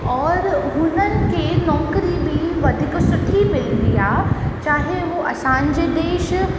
और हुननि खे नौकरी बि वधीक सुठी मिलंदी आहे चाहे हू असांजे देश